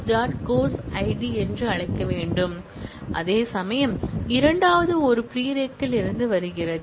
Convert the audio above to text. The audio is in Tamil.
course id என்று அழைக்க வேண்டும் அதேசமயம் இரண்டாவது ஒரு prereq இலிருந்து வருகிறது